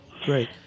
Great